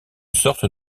sorte